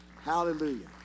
Hallelujah